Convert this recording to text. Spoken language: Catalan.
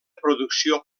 producció